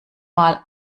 mal